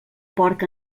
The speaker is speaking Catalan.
porc